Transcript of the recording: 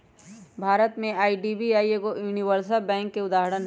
भारत में आई.डी.बी.आई एगो universal bank के उदाहरण हइ